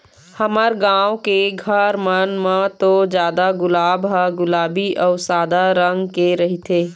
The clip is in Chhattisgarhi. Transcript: हमर गाँव के घर मन म तो जादा गुलाब ह गुलाबी अउ सादा रंग के रहिथे